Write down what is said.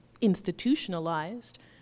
institutionalized